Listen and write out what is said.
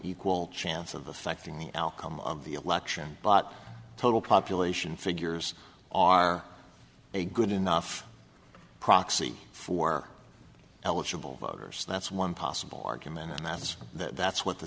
equal chance of affecting the outcome of the election but total population figures are a good enough proxy for eligible voters that's one possible argument and that's that's what the